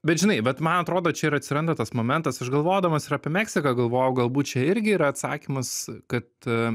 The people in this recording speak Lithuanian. bet žinai vat man atrodo čia ir atsiranda tas momentas aš galvodamas ir apie meksiką galvojau galbūt čia irgi yra atsakymas kad